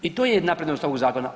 I to je jedna prednost ovog zakona.